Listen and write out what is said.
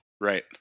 Right